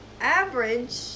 average